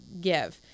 give